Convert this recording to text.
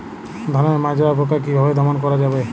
ধানের মাজরা পোকা কি ভাবে দমন করা যাবে?